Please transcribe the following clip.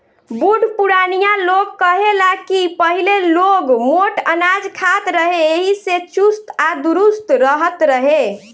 बुढ़ पुरानिया लोग कहे ला की पहिले लोग मोट अनाज खात रहे एही से चुस्त आ दुरुस्त रहत रहे